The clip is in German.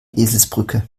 eselsbrücke